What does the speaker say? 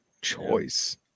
Choice